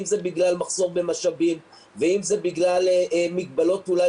אם זה בגלל מחסור במשאבים ואם זה בגלל מגבלות אולי